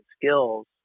skills